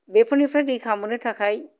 बेफोरनिफ्राय रैखा मोन्नो थाखाय